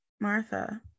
Martha